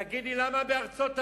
תגיד לי, למה בארצות-הברית,